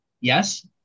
Yes